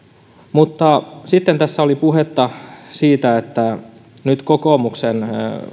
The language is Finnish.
sitten tässä oli puhetta siitä että nyt kokoomuksen